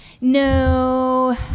no